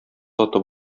заты